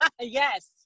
Yes